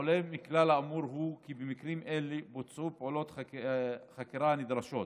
העולה מכלל האמור הוא כי במקרים אלה בוצעו פעולות החקירה הנדרשות,